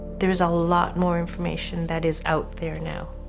there's a lot more information that is out there now.